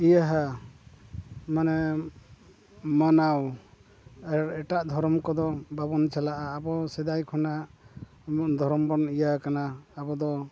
ᱤᱭᱟᱹᱣᱟ ᱢᱟᱱᱮ ᱢᱟᱱᱟᱣ ᱟᱨ ᱮᱴᱟᱜ ᱫᱷᱚᱨᱚᱢ ᱠᱚᱫᱚ ᱵᱟᱵᱚᱱ ᱪᱟᱞᱟᱜᱼᱟ ᱟᱵᱚ ᱥᱮᱫᱟᱭ ᱠᱷᱚᱱᱟᱜ ᱫᱷᱚᱨᱚᱢ ᱵᱚᱱ ᱤᱭᱟᱹᱣ ᱠᱟᱱᱟ ᱟᱵᱚ ᱫᱚ